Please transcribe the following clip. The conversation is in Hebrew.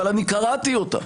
אבל אני קראתי אותה